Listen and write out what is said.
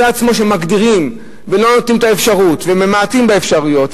זה עצמו שמגדירים ולא נותנים את האפשרות וממעטים באפשרויות,